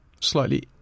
slightly